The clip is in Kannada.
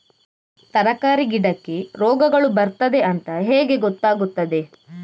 ತರಕಾರಿ ಗಿಡಕ್ಕೆ ರೋಗಗಳು ಬರ್ತದೆ ಅಂತ ಹೇಗೆ ಗೊತ್ತಾಗುತ್ತದೆ?